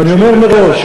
אני אומר מראש,